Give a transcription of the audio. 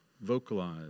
vocalize